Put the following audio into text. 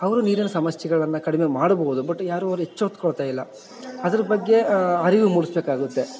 ಅವರು ನೀರಿನ ಸಮಸ್ಯೆಗಳನ್ನು ಕಡಿಮೆ ಮಾಡ್ಬೋದು ಬಟ್ ಯಾರು ಅವ್ರು ಎಚ್ಚೋತ್ಕೊಳ್ತ ಇಲ್ಲ ಅದ್ರ ಬಗ್ಗೆ ಅರಿವು ಮೂಡಿಸ್ಬೇಕಾಗತ್ತೆ